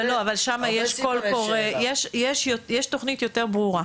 אבל שם יש קול קורא, יש תכנית יותר ברורה.